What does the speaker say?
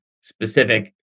specific